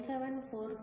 174 1